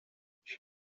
میشی